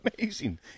amazing